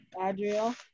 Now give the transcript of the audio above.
Adriel